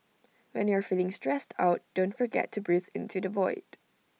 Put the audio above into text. when you are feeling stressed out don't forget to breathe into the void